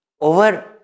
over